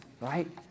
right